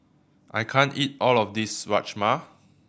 I can't eat all of this Rajma